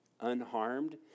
unharmed